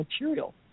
material